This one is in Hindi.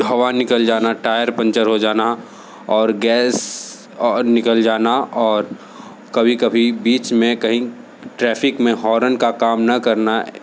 हवा निकल जाना टायर पंचर हो जाना और गैस निकल जाना और कभी कभी बीच में कहीं ट्रैफ़िक में हॉर्न का काम ना करना